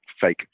fake